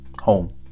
home